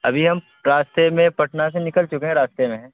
ابھی ہم راستے میں پٹنہ سے نکل چکے ہیں راستے میں ہیں